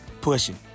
pushing